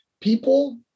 people